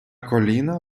коліна